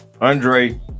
andre